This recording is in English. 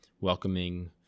welcoming